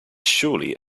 surely